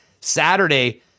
Saturday